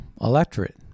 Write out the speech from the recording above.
electorate